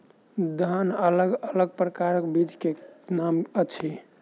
धान अलग अलग प्रकारक बीज केँ की नाम अछि?